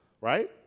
Right